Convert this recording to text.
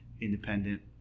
independent